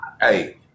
hey